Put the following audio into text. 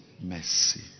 mercy